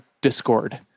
Discord